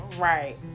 Right